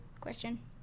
question